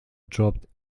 dropped